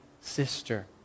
sister